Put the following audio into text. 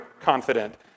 confident